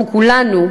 אנחנו כולנו,